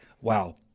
wow